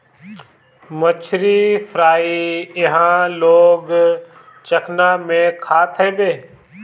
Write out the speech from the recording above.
मछरी फ्राई इहां लोग चखना में खात हवे